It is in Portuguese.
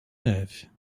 neve